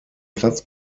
platz